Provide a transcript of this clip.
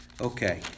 okay